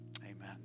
amen